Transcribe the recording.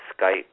Skype